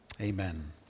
Amen